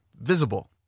visible